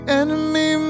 enemy